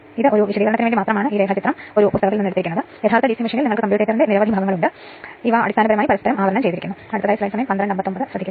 അതിനാൽ കുറഞ്ഞ വോൾട്ടേജ് വിൻഡിംഗിലെ വൈദ്യുതിയിൽ അത് നോക്കുക